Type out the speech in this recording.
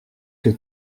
que